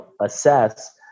assess